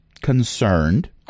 concerned